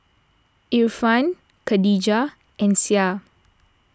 Irfan Khadija and Syah